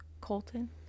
Colton